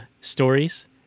stories